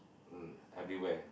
mm everywhere